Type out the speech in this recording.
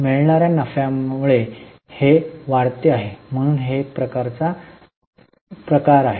मिळणार्या नफ्यामुळे हे वाढते आहे म्हणून हे प्रकारचा प्रकार आहे